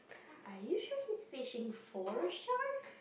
are you sure he's fishing four shark